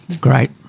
Great